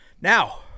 Now